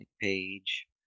page